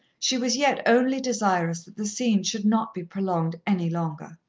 she was yet only desirous that the scene should not be prolonged any longer.